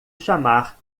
chamar